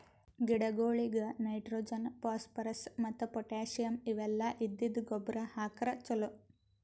ಗಿಡಗೊಳಿಗ್ nitrogen, phosphorus ಮತ್ತ್ potassium ಇವೆಲ್ಲ ಇದ್ದಿದ್ದ್ ಗೊಬ್ಬರ್ ಹಾಕ್ರ್ ಛಲೋ